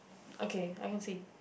okay I can see